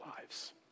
lives